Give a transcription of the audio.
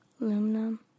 Aluminum